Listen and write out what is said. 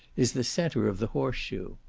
is the centre of the horse-shoe.